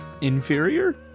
inferior